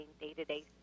day-to-day